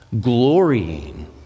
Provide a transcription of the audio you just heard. glorying